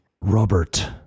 Robert